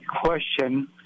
question